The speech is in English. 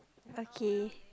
okay